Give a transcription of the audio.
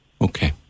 Okay